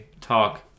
talk